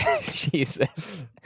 Jesus